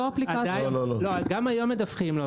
גם היום מדווחים לו,